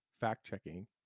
fact-checking